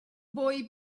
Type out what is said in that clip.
boy